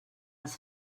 els